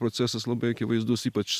procesas labai akivaizdus ypač